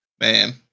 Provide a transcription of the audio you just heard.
man